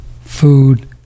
food